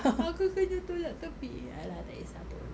aku kena tolak tepi !alah! tak kisah pun